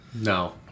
no